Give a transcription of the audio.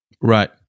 Right